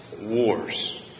wars